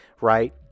right